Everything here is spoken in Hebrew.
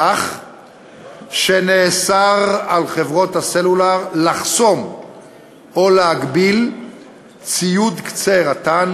כך שנאסר על חברות הסלולר לחסום או להגביל ציוד קצה רט"ן,